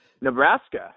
Nebraska